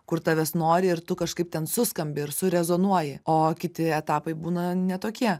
kur tavęs nori ir tu kažkaip ten suskambi ir su rezonuoji o kiti etapai būna ne tokie